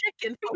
chicken